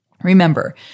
Remember